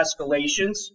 escalations